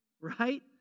Right